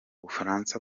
bufaransa